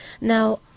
Now